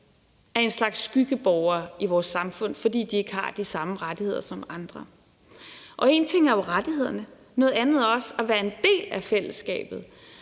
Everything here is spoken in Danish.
er en slags skyggeborgere i vores samfund, fordi de ikke har de samme rettigheder som andre. Og en ting er jo rettighederne, noget andet er også at være en del af fællesskabet.